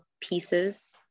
pieces